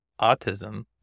autism